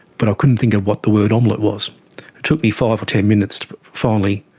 but i couldn't think of what the word omelette was. it took me five or ten minutes to finally